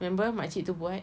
remember makcik tu buat